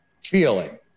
feeling